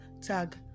Tag